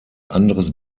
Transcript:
anderes